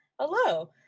Hello